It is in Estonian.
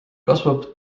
kasvab